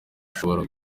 ashobora